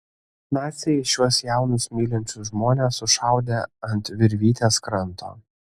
naciai šiuos jaunus mylinčius žmones sušaudė ant virvytės kranto